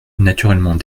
naturellement